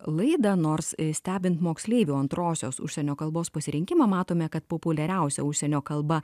laidą nors stebint moksleivių antrosios užsienio kalbos pasirinkimą matome kad populiariausia užsienio kalba